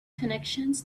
connections